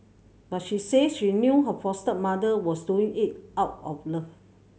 but she said she knew her foster mother was doing it out of love